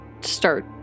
start